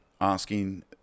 asking